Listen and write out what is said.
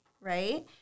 right